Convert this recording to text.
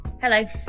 Hello